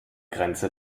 grenze